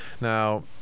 Now